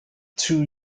two